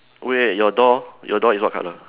wait your door your door is what colour